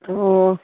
ꯑꯣ